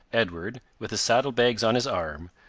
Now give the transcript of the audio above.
edward, with his saddle-bags on his arm,